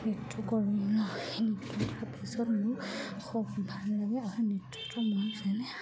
নৃত্য কৰি নৃত্য পিছত মোৰ খুব ভাল লাগে আৰু নৃত্যটো মোৰ যেনে